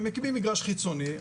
מקימים מגרש חיצוני,